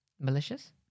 Malicious